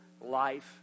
life